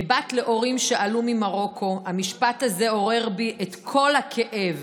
כבת להורים שעלו ממרוקו המשפט הזה עורר בי את כל הכאב